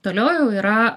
toliau jau yra